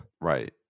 right